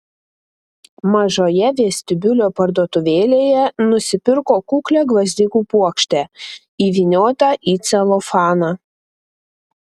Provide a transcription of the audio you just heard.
mažoje vestibiulio parduotuvėlėje nusipirko kuklią gvazdikų puokštę įvyniotą į celofaną